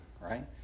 right